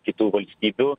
kitų valstybių